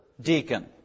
deacon